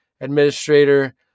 administrator